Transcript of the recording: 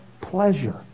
pleasure